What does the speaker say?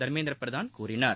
தர்மேந்திர பிரதான் கூறினார்